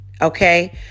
Okay